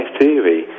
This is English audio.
theory